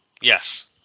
Yes